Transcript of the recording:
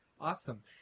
awesome